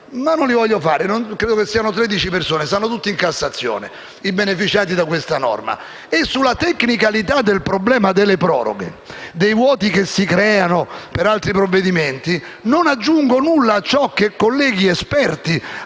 non voglio farli; credo siano 13 le persone - stanno tutte in Cassazione - beneficiarie di questa norma. Anche sulla tecnicalità del problema delle proroghe, o dei vuoti che si creano per altri provvedimenti, non aggiungo nulla a ciò che altri colleghi esperti assai